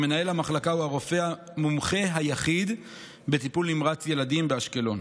ומנהל המחלקה הוא הרופא המומחה היחיד בטיפול נמרץ ילדים באשקלון.